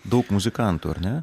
daug muzikantų ar ne